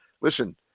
listen